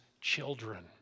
children